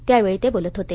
त्यावेळी ते बोलत होते